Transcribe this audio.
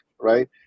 right